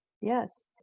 Yes